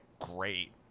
great